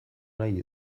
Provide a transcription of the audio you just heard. nahi